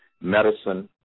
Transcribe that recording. Medicine